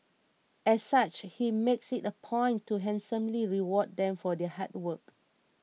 as such he makes it a point to handsomely reward them for their hard work